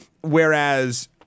whereas